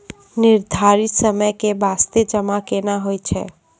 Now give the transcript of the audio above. निर्धारित समय के बास्ते जमा केना होय छै?